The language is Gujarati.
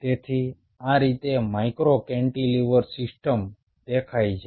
તેથી આ રીતે માઇક્રો કેન્ટિલીવર સિસ્ટમ દેખાય છે